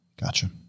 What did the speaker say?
Gotcha